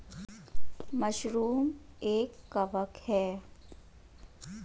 mushroom एक कवक है